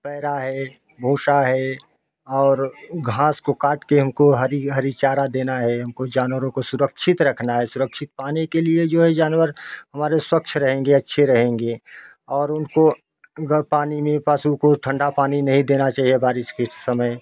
para है भूंसा है और घास को काट के हमको हरी हरी चारा देना है हमको जानवरों को सुरक्षित रखना है सुरक्षित पाने के लिए जो है जानवर हमारे स्वच्छ रहेंगे अच्छे रहेंगे और उनको उनको पानी में पास उनको ठंडा पानी नहीं देना चाहिए बारिश के समय